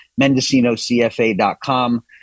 MendocinoCFA.com